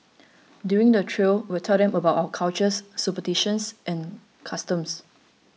during the trail we'll tell them about our cultures superstitions and customs